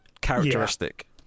characteristic